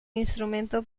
instrumento